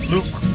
Luke